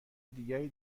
دیگری